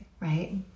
Right